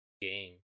game